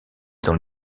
dans